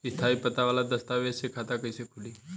स्थायी पता वाला दस्तावेज़ से खाता कैसे खुली?